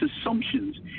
assumptions